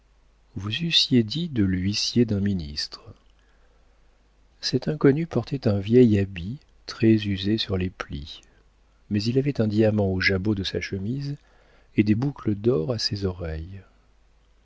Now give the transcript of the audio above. vous eussiez dit de l'huissier d'un ministre cet inconnu portait un vieil habit très usé sur les plis mais il avait un diamant au jabot de sa chemise et des boucles d'or à ses oreilles